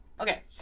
okay